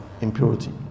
impurity